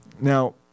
Now